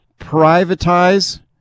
privatize